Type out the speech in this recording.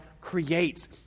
creates